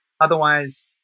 Otherwise